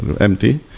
empty